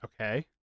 Okay